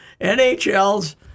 NHL's